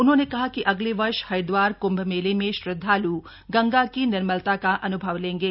उन्होंने कहा कि अगले वर्ष हरिदवार कृम्भ मेले में श्रद्वाल् गंगा की निर्मलता का अन्भव लेंगे